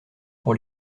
pour